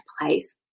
place